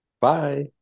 Bye